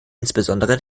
insbesondere